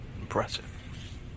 Impressive